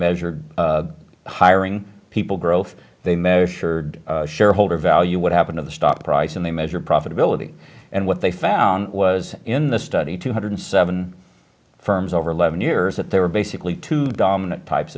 measure hiring people growth they measured shareholder value what happened in the stock price and they measure profitability and what they found was in the study two hundred seven firms over eleven years that there are basically two